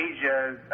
Asia